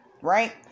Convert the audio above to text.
right